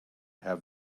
have